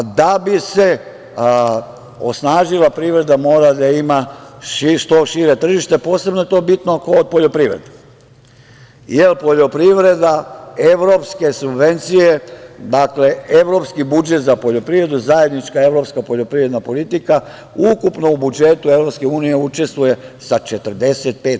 Da bi se osnažila privreda, mora da ima što šire tržište, a to je posebno bitno kod poljoprivrede, jer evropske subvencije, evropski budžet za poljoprivredu, zajednička evropska poljoprivredna politika, ukupno u budžetu EU učestvuje sa 45%